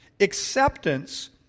acceptance